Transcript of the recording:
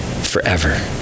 forever